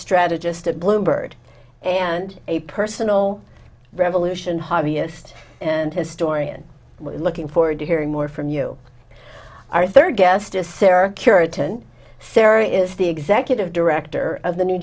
strategist at bloomberg and a personal revolution hobbyist and historian looking forward to hearing more from you our third guest is sarah curate and sarah is the executive director of the new